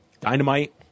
Dynamite